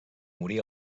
morí